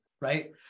right